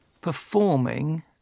performing